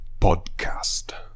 podcast